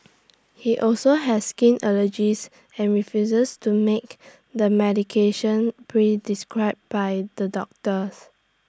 he also has skin allergies and refuses to make the medication pre described by the doctors